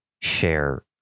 share